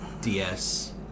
DS